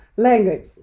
language